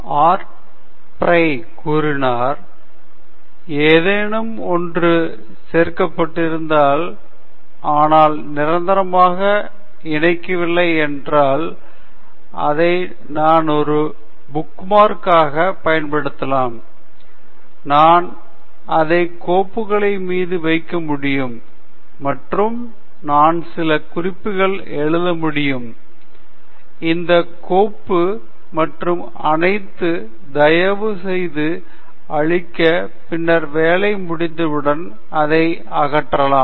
art Fry கூறினார் ஏதேனும் ஒன்று சேர்க்கப்பட்டிருந்தால் ஆனால் நிரந்தரமாக இணைக்கவில்லை என்றால் அதை நான் ஒரு புக்மார்க்கு காகப் பயன்படுத்தலாம் நான் அதை கோப்புகளை மீது வைக்க முடியும் மற்றும் நான் சில குறிப்புகள் எழுத முடியும் இந்த கோப்பு மற்றும் அனைத்து தயவு செய்து அழிக்க பின்னர் வேலை முடிந்தவுடன் அதை அகற்றலாம்